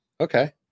Okay